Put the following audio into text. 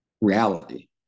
reality